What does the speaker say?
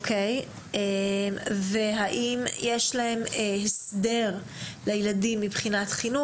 השאלה היא האם יש לילדים הסדר מבחינת חינוך.